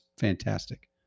fantastic